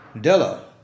Della